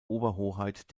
oberhoheit